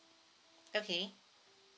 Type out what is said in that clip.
okay